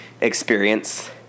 experience